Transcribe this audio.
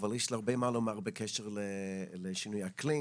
אבל יש לו הרבה מה לומר בקשר לשינוי האקלים.